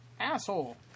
Asshole